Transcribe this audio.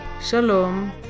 Shalom